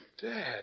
Dad